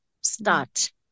Start